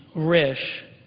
risch,